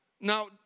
Now